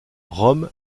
rome